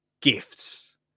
gifts